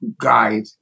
guide